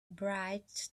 bright